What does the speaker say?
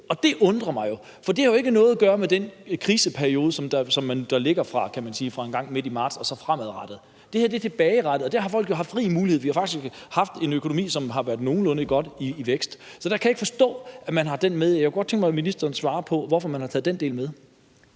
og det undrer mig jo, for det har jo ikke noget at gøre med den kriseperiode, som ligger fra engang midt i marts og fremefter. Det her er tilbagerettet, og der har folk jo haft rig mulighed – vi har faktisk haft en økonomi, som har været i nogenlunde god vækst – så jeg kan ikke forstå, at man har den med her. Jeg kunne godt tænke mig, at ministeren svarer på, hvorfor man har taget den del med.